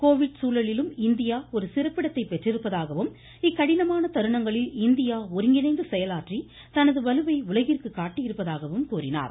Covid சூழலிலும் India ஒரு சிறப்பிடத்தை பெற்றிருப்பதாகவும் செயலாற்றி இக்கடினமான தருணங்களில் இந்தியா ஒருங்கிணைந்து தனது வலுவை உலகிற்கு காட்டியிருப்பதாகவும் கூறினார்